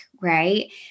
right